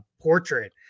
Portrait